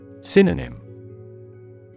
Synonym